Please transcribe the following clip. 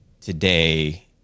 today